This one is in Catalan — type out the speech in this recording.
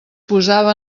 posava